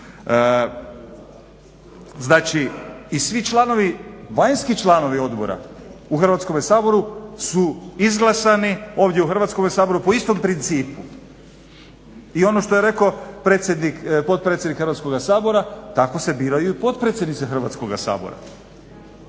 Znači i svi članovi, vanjski članovi odbora u Hrvatskom saboru su izglasani ovdje u Hrvatskom saboru po istom principu. I ono što je rekao potpredsjednik Hrvatskoga sabora, tako se biraju i potpredsjednici Hrvatskoga sabora.